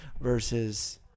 versus